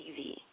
TV